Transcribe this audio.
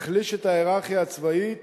תחליש את ההייררכיה הצבאית